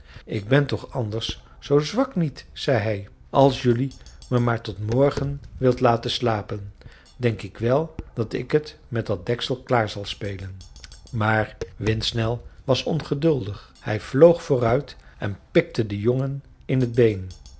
ik ben toch anders zoo zwak niet zei hij als jelui me maar tot morgen wilt laten slapen denk ik wel dat ik het met dat deksel klaar zal spelen maar windsnel was ongeduldig hij vloog vooruit en pikte den jongen in het been